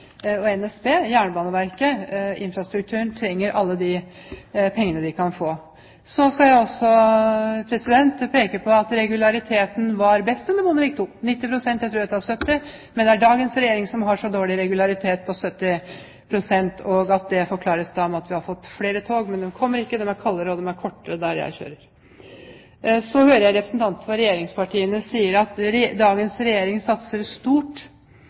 NSB, Jernbaneverket, infrastrukturen – trenger alle de pengene de kan få. Jeg vil også peke på at regulariteten var best under Bondevik II – 90 pst! Det er dagens regjering som har så dårlig regularitet, på 70 pst. Det forklares med at vi har fått flere tog, men de kommer ikke, de er kaldere, og de er kortere der jeg kjører. Jeg hører representanter fra regjeringspartiene sier at dagens regjering satser stort